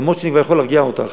למרות שאני כבר יכול להרגיע אותך,